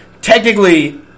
technically